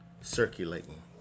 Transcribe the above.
circulating